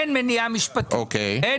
אין מניעה משפטית.